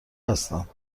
هستم